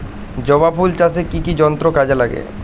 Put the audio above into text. জবা ফুল চাষে কি কি যন্ত্র কাজে লাগে?